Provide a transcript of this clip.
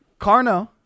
Carno